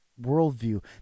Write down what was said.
worldview